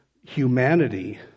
humanity